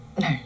No